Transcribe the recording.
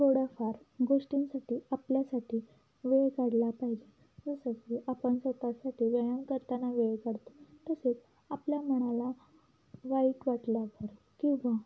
थोड्याफार गोष्टींसाठी आपल्यासाठी वेळ काढला पाहिजे जसं की आपण स्वतःसाठी व्यायाम करताना वेळ काढतो तसेच आपल्या मनाला वाईट वाटल्यावर किंवा